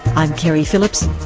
i'm keri phillips,